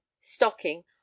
stocking